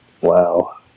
Wow